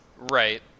Right